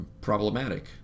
problematic